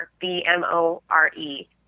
B-M-O-R-E